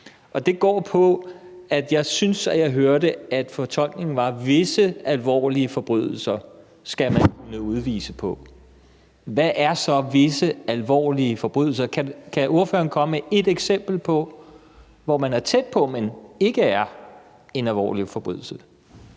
det går på, at jeg synes, at jeg hørte, at fortolkningen var, at visse alvorlige forbrydelser skulle man kunne udvise på. Hvad er så »visse alvorlige forbrydelser«? Kan ordføreren komme med et eksempel på, at det er tæt på at være en alvorlig forbrydelse,